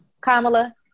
Kamala